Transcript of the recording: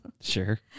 Sure